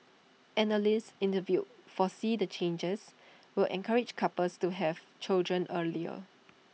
analysts interviewed foresee the changes will encourage couples to have children earlier